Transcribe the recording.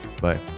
bye